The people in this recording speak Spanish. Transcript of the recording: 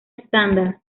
estándar